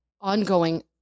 ongoing